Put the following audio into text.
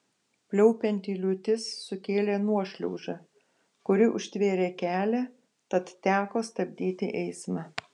pliaupianti liūtis sukėlė nuošliaužą kuri užtvėrė kelią tad teko stabdyti eismą